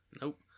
Nope